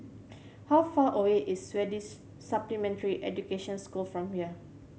how far away is Swedish Supplementary Education School from here